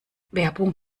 werbung